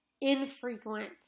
infrequent